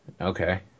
Okay